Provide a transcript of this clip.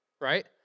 right